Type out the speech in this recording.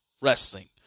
wrestling